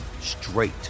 straight